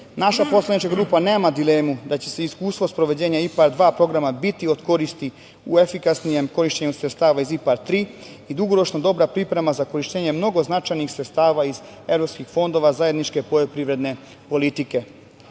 poslanička grupa nema dilemu da će se iskustvo sprovođenja IPARD 2 programa biti od koristi u efikasnijem korišćenju sredstava iz IPARD 3 i dugoročno dobra priprema za korišćenje mnogo značajnih sredstava iz evropskih fondova zajedničke poljoprivredne politike. Na